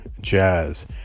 jazz